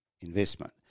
investment